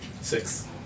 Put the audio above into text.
Six